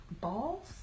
Balls